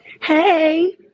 hey